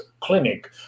clinic